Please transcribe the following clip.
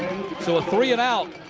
so three and out.